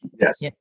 Yes